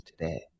today